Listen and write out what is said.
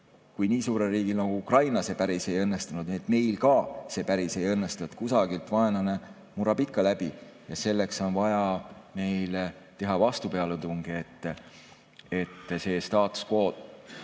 kui nii suurel riigil nagu Ukraina see päris ei õnnestunud, siis meil ka see päris ei õnnestu. Kusagilt vaenlane murrab ikka läbi ja selleks on vaja meil teha vastupealetunge, et see